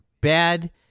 bad